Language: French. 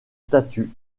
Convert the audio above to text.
statues